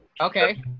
Okay